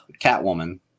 Catwoman